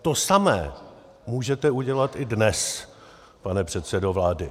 To samé můžete udělat i dnes, pane předsedo vlády.